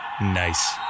Nice